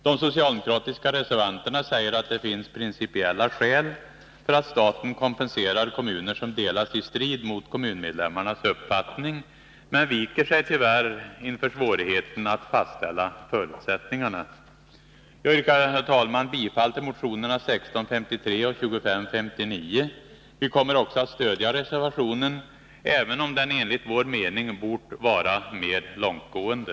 De socialdemokratiska reservanterna säger att det finns principiella skäl för att staten kompenserar kommuner som delats i strid mot kommunmedlemmarnas uppfattning, men viker sig tyvärr inför svårigheten att fastställa förutsättningarna. Jag yrkar, herr talman, bifall till motionerna 1653 och 2559. Vi kommer också att stödja reservationen, även om den enligt vår mening bort vara mer långtgående.